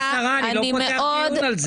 לא פותחת.